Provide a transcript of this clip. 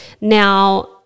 Now